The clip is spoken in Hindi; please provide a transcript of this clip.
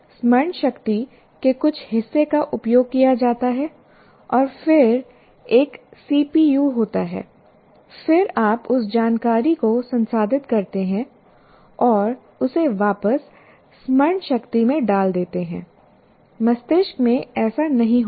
स्मरण शक्ति के कुछ हिस्से का उपयोग किया जाता है और फिर एक सीपीयू होता है फिर आप उस जानकारी को संसाधित करते हैं और उसे वापस स्मरण शक्ति में डाल देते हैं मस्तिष्क में ऐसा नहीं होता है